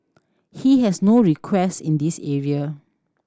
he has no request in this area